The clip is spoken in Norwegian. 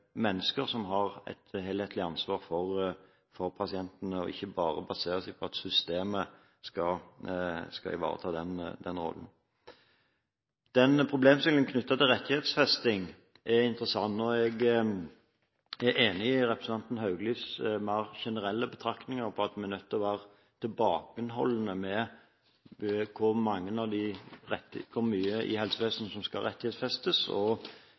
ikke bare basere seg på at systemet skal ivareta den rollen. Problemstillingen knyttet til rettighetsfesting er interessant. Jeg er enig i representanten Hauglis mer generelle betraktninger – at vi er nødt til å være tilbakeholdende når det gjelder hvor mye i helsevesenet som skal rettighetsfestes, og